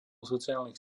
sociálnych